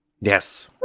Yes